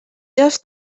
dos